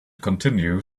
continue